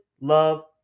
love